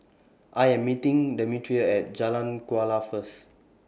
I Am meeting Demetria At Jalan Kuala First